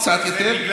כבודו,